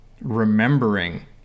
remembering